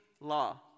law